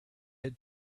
had